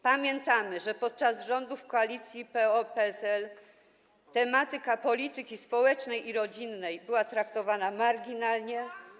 Pamiętamy, że podczas rządów koalicji PO-PSL tematyka polityki społecznej i rodzinnej była traktowana marginalnie.